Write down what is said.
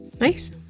Nice